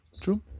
True